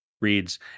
reads